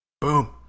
Boom